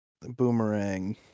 boomerang